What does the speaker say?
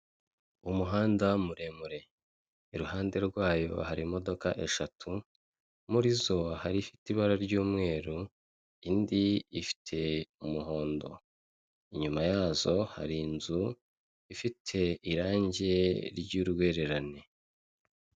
Umuhanda muremure iruhande rwayo hari imodoka eshatu, murizo hari ifite ibara ry'umweru indi ifite umuhondo, inyuma yazo hari inzu, ifite irange ry'urwererane.